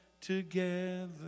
together